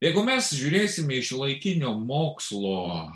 jeigu mes žiūrėsime į šiuolaikinio mokslo